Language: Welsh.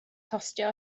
costio